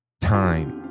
time